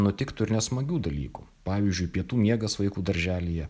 nutiktų ir nesmagių dalykų pavyzdžiui pietų miegas vaikų darželyje